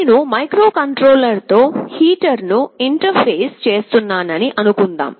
నేను మైక్రోకంట్రోలర్తో హీటర్ ను ఇంటర్ఫేస్ చేస్తున్నానని అనుకుందాం